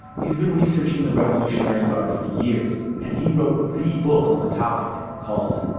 he's been researching the revolutionary guard for years, and he wrote the book on the topic called.